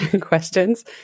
questions